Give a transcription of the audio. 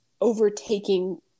overtaking